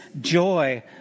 joy